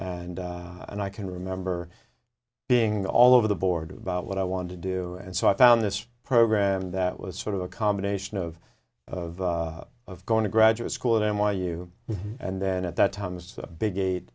and and i can remember being all over the board about what i wanted to do and so i found this program that will sort of a combination of of of going to graduate school at n y u and then at that time was a big